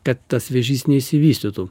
kad tas vėžys neišsivystytų